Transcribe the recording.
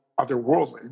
otherworldly